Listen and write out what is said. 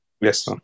Yes